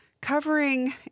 covering